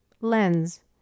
lens